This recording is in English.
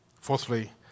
Fourthly